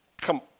Come